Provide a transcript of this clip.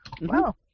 Wow